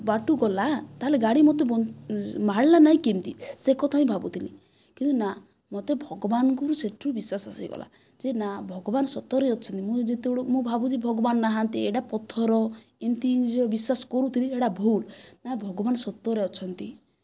ବାଟୁ ଗଲା ତାହେଲେ ଗାଡ଼ି ମୋତେ ମାଡ଼୍ଲା ନାହିଁ କେମିତି ସେକଥା ହିଁ ଭାବୁଥିଲି କିନ୍ତୁ ନା ମୋତେ ଭଗବାନଙ୍କୁ ହିଁ ସେଠୁ ବିଶ୍ଵାସ ଆସିଗଲା ଯେ ନା ଭଗବାନ ସତରେ ଅଛନ୍ତି ମୁଁ ଯେତେବେଳୁ ମୁଁ ଭାବୁଛି ଭଗବାନ ନାହାନ୍ତି ଏହିଟା ପଥର ଏମିତି ନିଜର ବିଶ୍ଵାସ କରୁଥିଲି ଏଟା ଭୁଲ ନା ଭଗବାନ ସତରେ ଅଛନ୍ତି